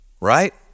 right